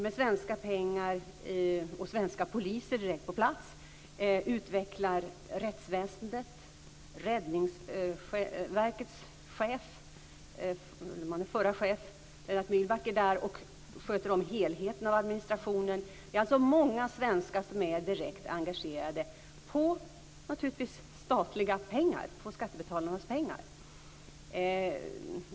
Med svenska pengar och svenska poliser på plats är vi med och utvecklar rättsväsendet. Räddningsverkets förre chef Lennart Myhlback är där och sköter helheten av administrationen. Det är alltså många svenskar som är direkt engagerade, naturligtvis med statliga pengar, skattebetalarnas pengar.